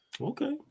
Okay